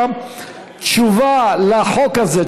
תשובה לחוק הזה,